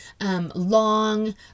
long